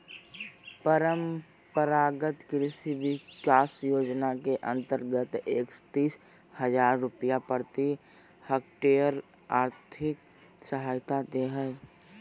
परम्परागत कृषि विकास योजना के अंतर्गत एकतीस हजार रुपया प्रति हक्टेयर और्थिक सहायता दे हइ